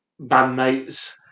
bandmates